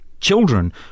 children